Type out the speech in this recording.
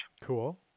Cool